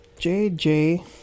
JJ